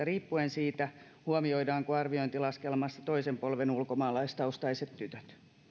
riippuen siitä huomioidaanko arviointilaskelmassa toisen polven ulkomaalaistaustaiset tytöt